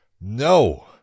no